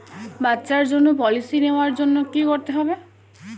বাচ্চার জন্য পলিসি নেওয়ার জন্য কি করতে হবে?